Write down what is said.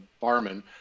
barman